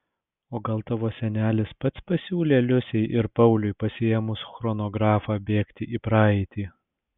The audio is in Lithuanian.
o gal tavo senelis pats pasiūlė liusei ir pauliui pasiėmus chronografą bėgti į praeitį